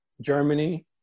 Germany